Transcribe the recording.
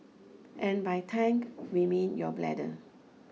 and by tank we mean your bladder